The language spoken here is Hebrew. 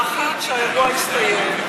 האחת, האירוע הסתיים.